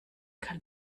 kann